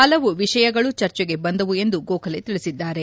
ಹಲವು ವಿಷಯಗಳು ಚರ್ಚೆಗೆ ಬಂದವು ಎಂದು ಗೋಖಲೆ ತಿಳಿಸಿದ್ದಾರೆ